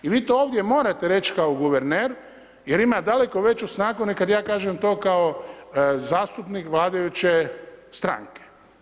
I vi to ovdje morate reći kao guverner, jer ima daleko veću snagu, nego kad ja to kažem to kao zastupnik vladajuće stranke.